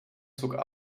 zog